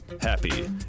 Happy